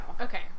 Okay